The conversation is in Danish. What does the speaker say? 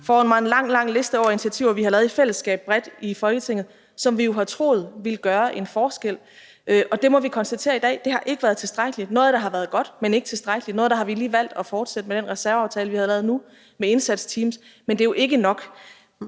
foran mig en lang, lang liste over initiativer, vi har lavet bredt i fællesskab i Folketinget, som vi jo har troet ville gøre en forskel. Og det må vi konstatere i dag ikke har været tilstrækkeligt. Noget af det har været godt, men ikke tilstrækkeligt; med noget af det har vi lige valgt at fortsætte med den reserveaftale, vi har lavet nu, om indsatsteams. Men det er jo ikke nok.